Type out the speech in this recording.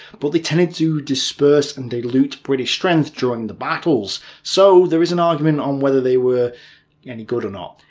but they tended to disperse and dilute british strength during the battles. so there is this and argument on whether they were any good or not.